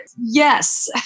yes